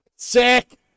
Sick